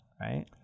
Right